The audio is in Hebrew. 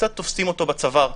שקצת תופסים אותו בצוואר.